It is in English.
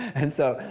and so,